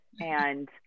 and-